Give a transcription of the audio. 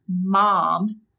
mom